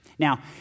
Now